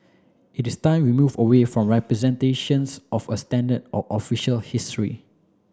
it is time we move away from representations of a standard or official history